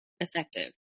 effective